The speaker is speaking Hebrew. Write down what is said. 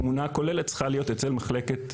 התמונה הכוללת צריכה להיות אצל מחלקת,